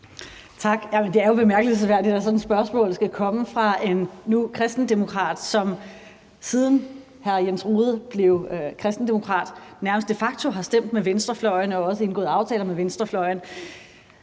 Jamen det er jo bemærkelsesværdigt, at sådan et spørgsmål skal komme fra en nu kristendemokrat, hr. Jens Rohde, som siden han blev kristendemokrat, nærmest de facto har stemt med venstrefløjen og også indgået aftaler med venstrefløjen.